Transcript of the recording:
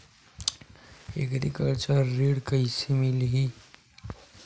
Agriculture ऋण कइसे मिलही?